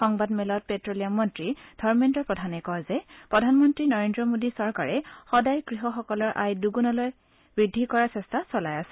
সংবাদ মেলত প্টেলিয়াম মন্ত্ৰী ধৰ্মেদ্ৰ প্ৰধানে কয় যে প্ৰধানমন্ত্ৰী নৰেন্দ্ৰ মোডী চৰকাৰে সদায় কৃষকসকলৰ আয় দুগুণলৈ আয় বৃদ্ধি কৰাৰ চেষ্টা চলাই আছে